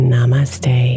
Namaste